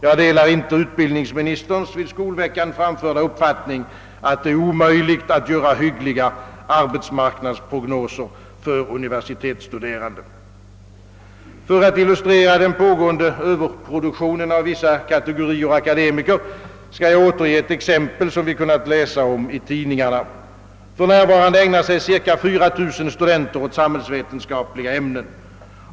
Jag delar inte utbildningsministerns vid Skolveckan framförda uppfattning, att det är omöjligt att göra hyggliga arbetsmarknadsprognoser för universitetsstuderande. För att illustrera den pågående överproduktionen av vissa kategorier akademiker skall jag återge ett exempel som vi kunnat läsa om i tidningarna. För närvarande ägnar sig cirka 4000 studenter åt samhällsvetenskapliga ämnen.